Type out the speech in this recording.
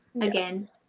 Again